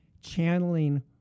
channeling